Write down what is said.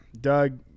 Doug